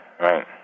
right